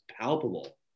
palpable